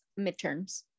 midterms